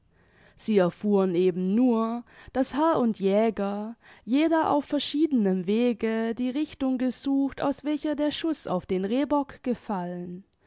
sie erfuhren eben nur daß herr und jäger jeder auf verschiedenem wege die richtung gesucht aus welcher der schuß auf den rehbock gefallen